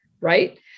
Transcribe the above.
right